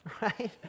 Right